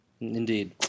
Indeed